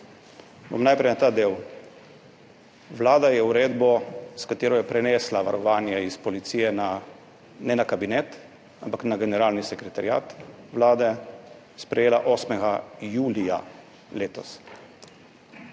Bom najprej na ta del. Vlada je uredbo, s katero je prenesla varovanje iz policije na, ne na kabinet, ampak na Generalni sekretariat Vlade, sprejela 8. julija Lapsus